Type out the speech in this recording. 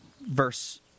verse